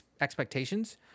expectations